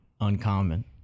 uncommon